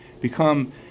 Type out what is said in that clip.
become